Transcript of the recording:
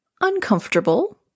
uncomfortable